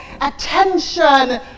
attention